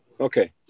Okay